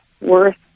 worth